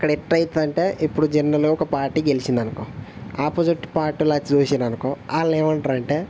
అక్కడ ఎలా అవుతుంది అంటే ఇప్పడు జనరల్గా ఒక పార్టీ గెలిచిందనుకో ఆపోజిట్ పార్టీ వాళ్ళు వచ్చి చూసింరనుకో వాళ్ళేమంటారంటే